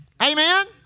Amen